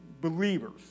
believers